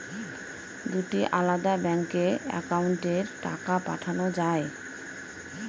দুটি আলাদা ব্যাংকে অ্যাকাউন্টের টাকা পাঠানো য়ায়?